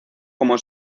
como